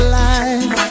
life